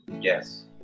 yes